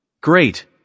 Great